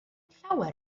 llawer